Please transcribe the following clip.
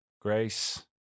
Grace